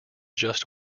just